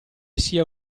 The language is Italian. sia